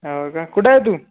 हो का कुठं आहे तू